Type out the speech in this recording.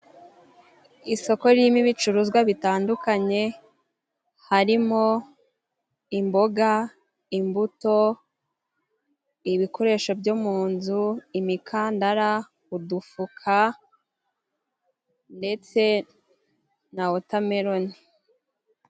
Isoko ririmo ibicuruzwa bitandukanye harimo :imboga, imbuto, ibikoresho byo mu nzu, imikandara udufuka ndetse na wotameloni.